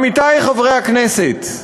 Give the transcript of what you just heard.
עמיתי חברי הכנסת,